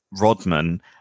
Rodman